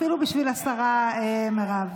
אפילו בשביל השרה מירב.